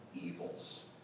evils